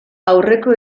aurreko